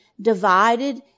divided